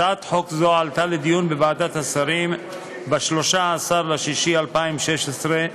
הצעת חוק זו עלתה לדיון בוועדת השרים ב-16 ביוני 2016,